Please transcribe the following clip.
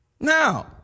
Now